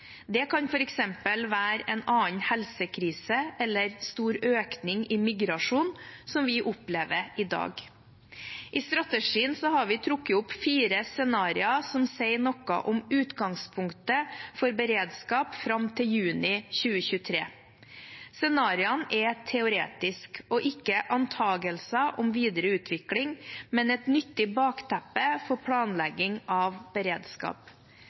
Det kan f.eks. være en annen helsekrise eller stor økning i migrasjonen, som vi opplever i dag. I strategien har vi trukket opp fire scenarioer som sier noe om utgangspunktet for beredskap fram til juni 2023. Scenarioene er teoretiske og ikke antakelser om videre utvikling, men et nyttig bakteppe for planlegging av beredskap.